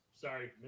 Sorry